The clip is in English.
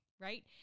Right